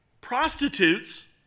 prostitutes